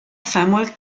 samuel